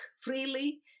freely